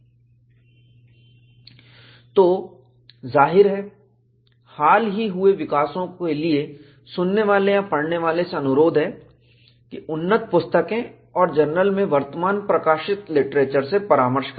और जाहिर है हाल ही हुए विकासों के लिए सुनने वाले या पढ़ने वाले से अनुरोध है उन्नत पुस्तकें और जर्नल में वर्तमान प्रकाशित लिटरेचर से परामर्श करें